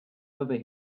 over